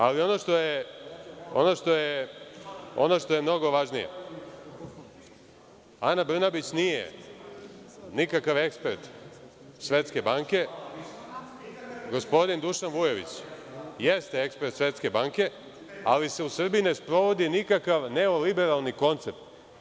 Ali ono što je mnogo važnije, Ana Brnabić nije nikakav ekspert Svetske banke, gospodin Dušan Vujović jeste ekspert Svetske banke, ali se u Srbiji ne sprovodi nikakav neoliberalni koncept.